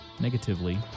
negatively